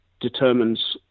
determines